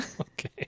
Okay